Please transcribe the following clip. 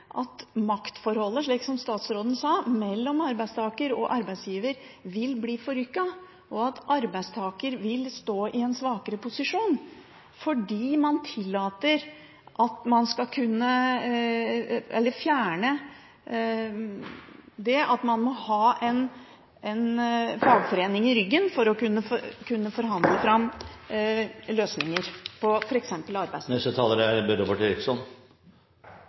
at maktforholdet mellom arbeidstaker og arbeidsgiver ville bli forrykket, slik som statsråden sa. Arbeidstaker ville stå i en svakere posisjon fordi man tillater at man skal kunne fjerne det at man må ha en fagforening i ryggen for å kunne forhandle fram løsninger i arbeidslivet. Når det gjelder de forslagene Trine Skei Grande har fremmet på